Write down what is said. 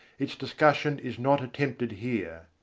its discussion is not attempted here.